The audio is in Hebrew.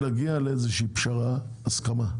להגיע לאיזושהי פשרה, הסכמה,